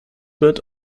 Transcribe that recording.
wird